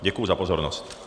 Děkuji za pozornost.